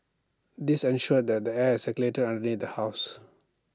this ensured that the air circulated underneath the house